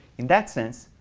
in that sense,